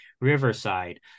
Riverside